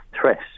threat